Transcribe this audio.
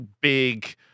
big